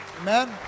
amen